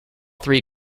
three